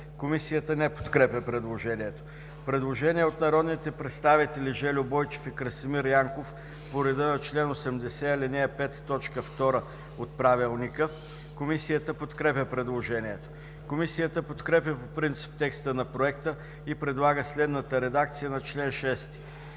Комисията не подкрепя предложението. Предложение от народните представители Жельо Бойчев и Красимир Янков по реда на чл. 80, ал. 5, т. 2 от Правилника. Комисията подкрепя предложението. Комисията подкрепя по принцип текста на проекта и предлага следната редакция на чл. 6: